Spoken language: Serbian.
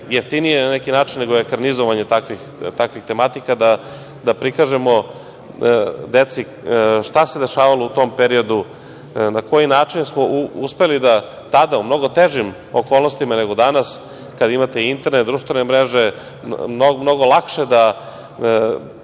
jeftinije je, na neki način, nego ekranizovanje takvih tematika, da prikažemo deci šta se dešavalo u tom periodu, na koji način smo uspeli da tada, u mnogo težim okolnostima nego danas, kada imate internet, društvene mreže, mnogo lakše